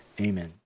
Amen